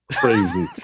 crazy